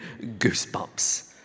goosebumps